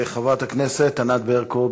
חברת הכנסת ענת ברקו,